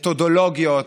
מתודולוגיות,